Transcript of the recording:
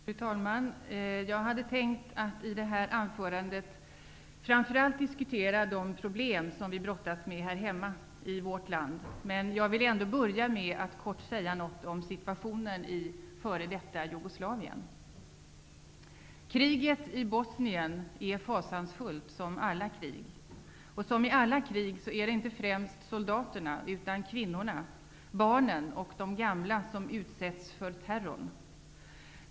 Fru talman! Jag hade tänkt att i det här anförandet framför allt diskutera de probelm som vi brottas med här hemma, i vårt land, men jag vill ändå börja med att kort säga något om situationen i f.d. Kriget i Bosnien är fasansfullt, som alla krig. Som i alla krig är det inte främst soldaterna utan kvinnorna, barnen och de gamla som utsätts för terrorn.